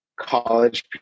college